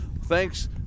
Thanks